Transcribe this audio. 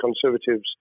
Conservatives